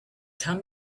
can